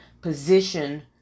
position